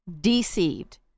deceived